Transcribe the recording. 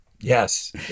Yes